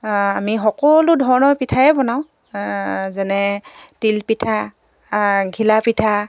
আমি সকলো ধৰণৰ পিঠাই বনাওঁ যেনে তিলপিঠা ঘিলা পিঠা